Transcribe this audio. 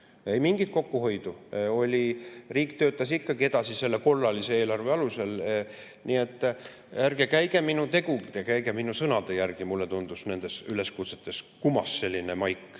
Ei mingit kokkuhoidu! Riik töötas ikkagi edasi selle korralise eelarve alusel. Nii et ärge käige minu tegude, käige minu sõnade järgi. Mulle tundus, nendest üleskutsetest kumas selline maik